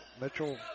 Mitchell